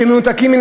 מכך שמנותקים מן